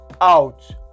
out